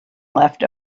left